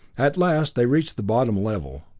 at last they reached the bottom level,